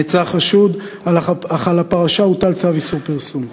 נעצר חשוד, אך על הפרשה הוטל צו איסור פרסום.